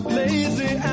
lazy